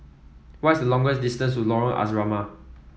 what is the longer distance Lorong Asrama